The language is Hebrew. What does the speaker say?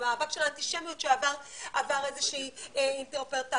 המאבק על האנטישמיות שעבר איזה שהיא אינטרפרטציה.